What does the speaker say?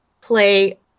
play